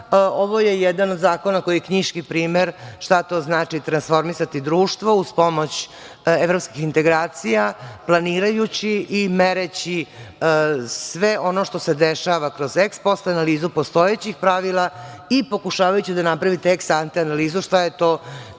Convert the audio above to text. Ovo je jedan od zakona koji je knjiški primer šta to znači transformisati društvo uz pomoć evropskih integracija, planirajući i mereći sve ono što se dešava kroz eks-post analizu postojećih pravila i pokušavajući da napravite eks-anter analizu šta to